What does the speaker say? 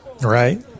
Right